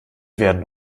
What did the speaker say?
werden